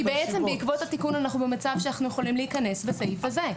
בעקבות התיקון אנחנו במצב שאנחנו יכולים להיכנס בסעיף הזה.